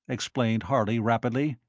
explained harley, rapidly,